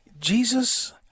Jesus